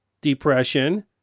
depression